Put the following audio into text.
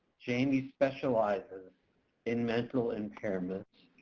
jayme specializes in mental impairments.